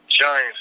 giants